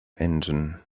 engine